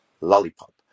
lollipop